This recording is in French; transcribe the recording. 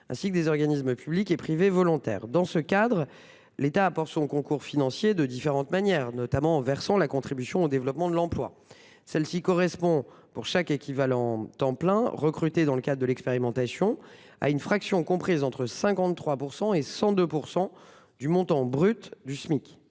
ainsi que des organismes publics et privés volontaires. Dans ce cadre, l'État apporte son concours financier de différentes manières, notamment en versant la contribution au développement de l'emploi. Celle-ci correspond, pour chaque équivalent temps plein recruté dans le cadre de l'expérimentation, à une fraction comprise entre 53 % et 102 % du Smic brut.